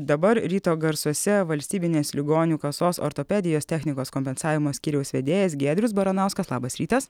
dabar ryto garsuose valstybinės ligonių kasos ortopedijos technikos kompensavimo skyriaus vedėjas giedrius baranauskas labas rytas